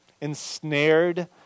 ensnared